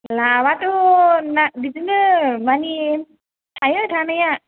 लाभआथ' ना बिदिनो माने थायो थानाया